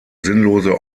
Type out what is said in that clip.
sinnlose